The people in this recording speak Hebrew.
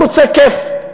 הוא רוצה כיף,